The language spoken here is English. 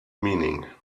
meaning